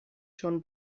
schon